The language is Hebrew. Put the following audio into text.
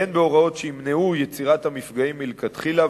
הן בהוראות שימנעו יצירת מפגעים מלכתחילה,